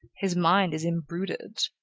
his mind is imbruted,